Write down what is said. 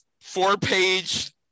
four-page